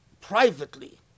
privately